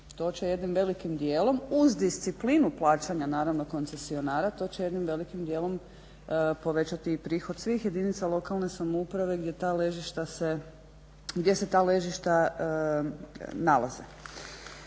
To će jednim velikim dijelom uz disciplinu plaćanja koncesionara to će jednim velikim dijelom povećati i prihod svih jedinica lokalne samouprave gdje se ta ležišta nalaze.